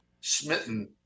smitten